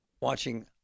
Watching